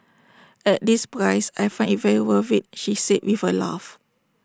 at this price I find IT very worth IT she said with A laugh